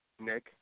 Nick